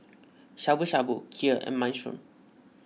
Shabu Shabu Kheer and Minestrone